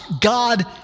God